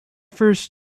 first